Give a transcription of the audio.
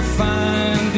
find